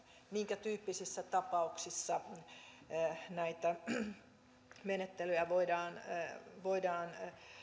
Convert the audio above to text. minkä tyyppisissä tapauksissa näitä menettelyjä voidaan voidaan